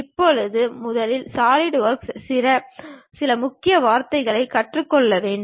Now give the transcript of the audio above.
இப்போது முதலில் சாலிட்வொர்க்ஸில் சில முக்கிய வார்த்தைகளைக் கற்றுக்கொள்ள வேண்டும்